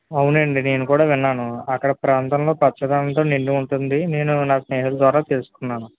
అవునండి నేను కూడా విన్నాను అక్కడ ప్రాంతంలో పచ్చదనంతో నిండి ఉంటుంది నేను నా స్నేహితుల ద్వారా తెలుసుకున్నాను